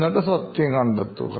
എന്നിട്ട് സത്യം കണ്ടെത്തുക